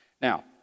Now